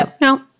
No